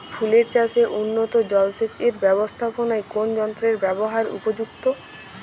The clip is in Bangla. ফুলের চাষে উন্নত জলসেচ এর ব্যাবস্থাপনায় কোন যন্ত্রের ব্যবহার উপযুক্ত?